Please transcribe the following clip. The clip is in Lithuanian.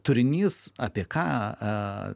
turinys apie ką